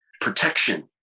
protection